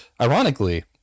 ironically